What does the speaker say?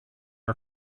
are